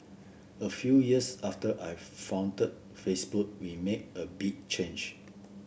a few years after I founded Facebook we made a big change